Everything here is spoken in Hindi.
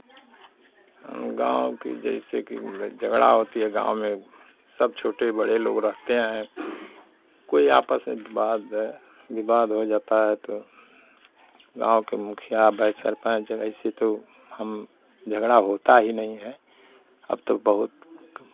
हम गाँव की जैसे कि उसमें झगड़ा होती है गाँव में सब छोटे बड़े लोग रहते हैं कोई आपस में वाद विवाद हो जाता है तो गाँव के मुखिया भाई सरपंच अब ऐसे तो हम झगड़ा होता ही नहीं है अब तो बहुत